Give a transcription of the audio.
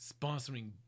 sponsoring